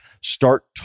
start